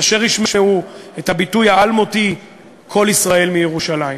אשר ישמעו את הביטוי האלמותי "קול ישראל מירושלים".